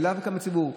מהציבור,